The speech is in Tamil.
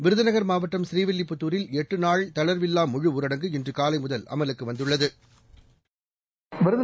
விருதுநகர் மாவட்டம் பூநீவில்லிப்புத்தூரில் எட்டுநாள் தளர்வில்லா முழுஊரடங்கு இன்று காலை முதல் அமலுக்கு வந்துள்ளது